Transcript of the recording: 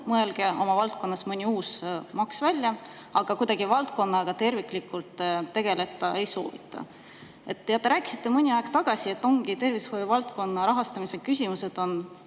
mõelda oma valdkonnas mõni uus maks välja, aga valdkonnaga kuidagi terviklikult tegelda ei soovita. Te rääkisite mõni aeg tagasi, et tervishoiuvaldkonna rahastamise küsimused on väga